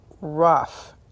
rough